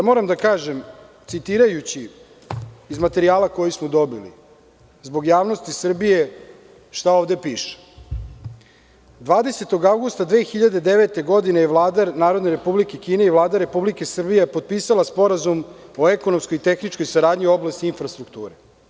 Moram da kažem, citirajući iz materijala koji smo dobili, zbog javnosti Srbije šta ovde piše - 20. avgusta 2009. godine je Vlada Narodne Republike Kine i Vlada Republike Srbije potpisala Sporazum o ekonomskoj i tehničkoj saradnji u oblasti infrastrukture.